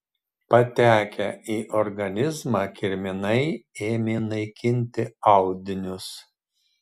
patekę į organizmą kirminai ėmė naikinti audinius